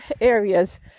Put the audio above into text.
areas